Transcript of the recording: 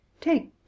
take